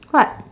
what